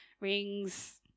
rings